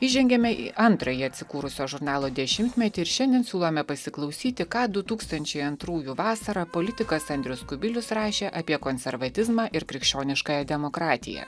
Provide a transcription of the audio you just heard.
įžengiame į antrąjį atsikūrusio žurnalo dešimtmetį ir šiandien siūlome pasiklausyti ką du tūkstančiai antrųjų vasarą politikas andrius kubilius rašė apie konservatizmą ir krikščioniškąją demokratiją